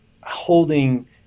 holding